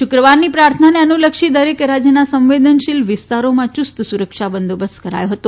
શુક્રવારની પ્રાર્થનાને અનુલક્ષીને દરેક રાજ્યના સંવેદનશીલ વિસ્તારોમાં યુસ્ત સુરક્ષા બંદોબસ્ત કરાયો હતો